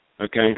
okay